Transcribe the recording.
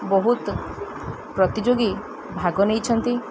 ବହୁତ ପ୍ରତିଯୋଗୀ ଭାଗ ନେଇଛନ୍ତି